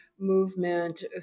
movement